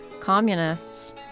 communists